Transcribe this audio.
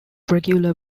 regular